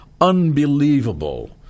unbelievable